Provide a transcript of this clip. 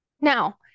Now